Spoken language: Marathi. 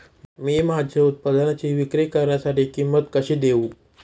मी माझ्या उत्पादनाची विक्री करण्यासाठी किंमत कशी देऊ?